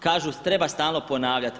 Kažu treba stalno ponavljati.